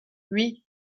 oui